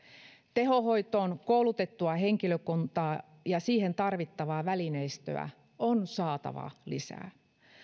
tehohoitoon koulutettua henkilökuntaa ja siihen tarvittavaa välineistöä on saatava lisää